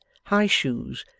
high shoes,